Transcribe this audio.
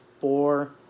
four